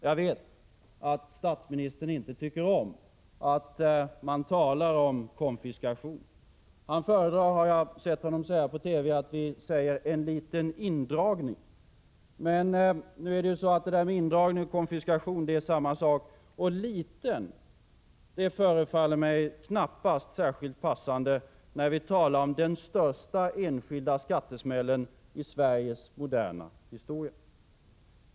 Jag vet att statsministern inte tycker om att man talar om konfiskation. Han föredrar, har jag hört honom säga i TV, att vi talar om ”en liten indragning”. Men nu är det ju så, att indragning och konfiskation är samma sak. Och ”liten” förefaller mig knappast passande när vi talar om den största enskilda skattesmällen i Sveriges moderna historia.